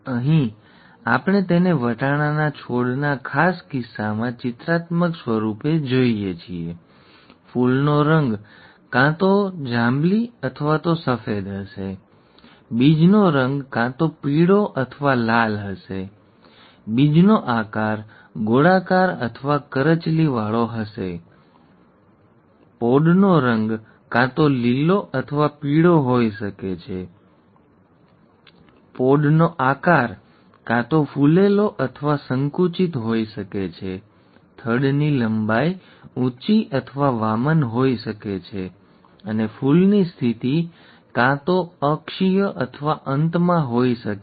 અહીં આપણે તેને વટાણાના છોડના ખાસ કિસ્સામાં ચિત્રાત્મક સ્વરૂપમાં જોઈએ છીએ ફૂલનો રંગ કાં તો જાંબલી અથવા સફેદ હશે બીજનો રંગ કાં તો પીળો અથવા લીલો હશે બીજનો આકાર ગોળાકાર અથવા કરચલીવાળો હશે ગોળાકાર હશે ગોળાકાર અથવા કરચલીવાળો હશે પોડનો રંગ કાં તો લીલો અથવા પીળો હોઈ શકે છે પોડનો આકાર કાં તો ફૂલેલો અથવા સંકુચિત હોઈ શકે છે થડની લંબાઈ ઊંચી અથવા વામન હોઈ શકે છે અને ફૂલની સ્થિતિ ક્યાં તો અક્ષીય અથવા અંતમાં હોઈ શકે છે ટર્મિનલ ઠીક છે